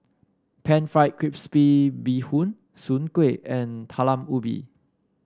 pan fried crispy bee Bee Hoon Soon Kueh and Talam Ubi